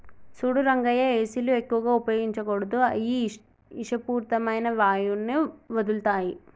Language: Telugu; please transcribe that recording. సూడు రంగయ్య ఏసీలు ఎక్కువగా ఉపయోగించకూడదు అయ్యి ఇషపూరితమైన వాయువుని వదులుతాయి